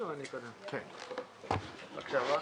אשב פה.